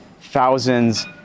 thousands